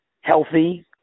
healthy